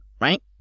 right